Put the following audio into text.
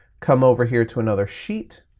come over here to another sheet,